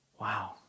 Wow